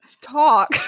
talk